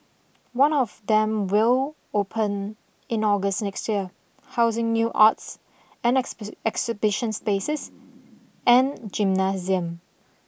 one of them will open in August next year housing new arts and exhibit exhibition spaces and gymnasium